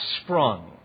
sprung